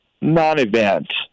non-event